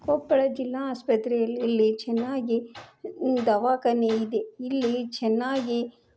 ಕೊಪ್ಪಳ ಜಿಲ್ಲಾ ಆಸ್ಪತ್ರೆಯಲ್ಲಿ ಚೆನ್ನಾಗಿ ದವಾಖಾನೆ ಇದೆ ಇಲ್ಲಿ ಚೆನ್ನಾಗಿ